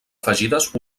afegides